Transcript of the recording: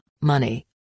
money